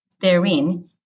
therein